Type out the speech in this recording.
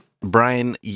Brian